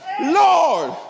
Lord